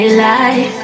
life